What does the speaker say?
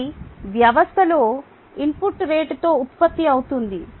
ఇది వ్యవస్థలో rgen రేటుతో ఉత్పత్తి అవుతుంది